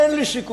אין לי סיכוי.